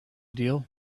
deal